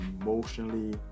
emotionally